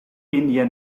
india